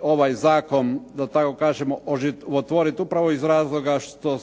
ovaj zakon da tako kažemo oživotvoriti upravo iz razloga što